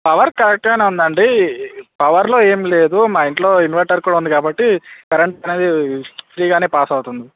power కరెక్ట్గా ఉంది అండి పవర్లో ఏమి లేదు మా ఇంట్లో ఇన్వర్టర్ కూడా ఉంది కాబట్టి కరెంట్ అది ఫ్రీగా పాస్ అవుతుంది